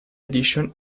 edition